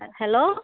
hello